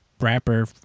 rapper